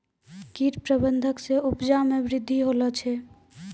कीट प्रबंधक से उपजा मे वृद्धि होलो छै